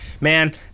Man